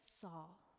Saul